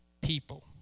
people